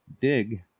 dig